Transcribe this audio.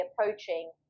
approaching